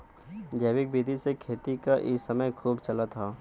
जैविक विधि से खेती क इ समय खूब चलत हौ